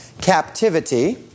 captivity